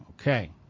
Okay